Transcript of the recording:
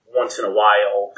once-in-a-while